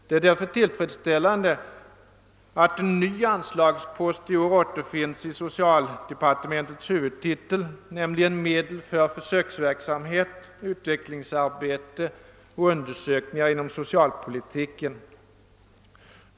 Det är därför tillfredsställande att en ny anslagspost i år återfinns under socialdepartementets huvudtitel, nämligen medel för försöksverksamhet, utvecklingsarbete och undersökningar inom socialpolitiken.